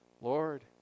lord